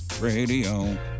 Radio